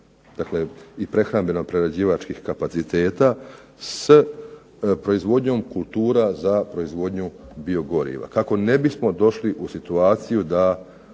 i prehrambeno prerađivačkih kapaciteta s proizvodnjom kultura za proizvodnju biogoriva, kako ne bismo došli u situaciji da